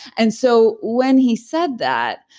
and so when he said that,